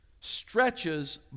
stretches